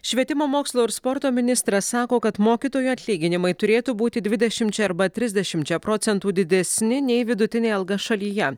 švietimo mokslo ir sporto ministras sako kad mokytojų atlyginimai turėtų būti dvidešimčia arba trisdešimčia procentų didesni nei vidutinė alga šalyje